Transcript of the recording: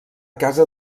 casa